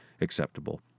acceptable